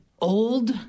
Old